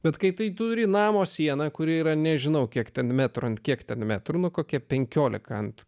bet kai tai turi namo sieną kuri yra nežinau kiek ten metrų ant kiek ten metrų nuo kokia penkiolika ant